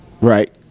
Right